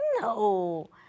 no